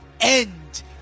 end